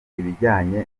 ibijyanye